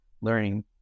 learning